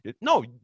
no